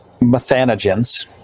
Methanogens